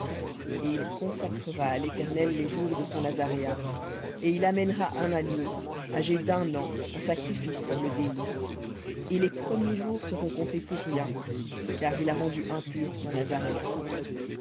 et il consacrera à l'éternel les jours de son nazaréat et il amènera un agneau âgé d'un an en sacrifice pour le délit et les premiers jours seront comptés pour rien car il a rendu impur son nazaréat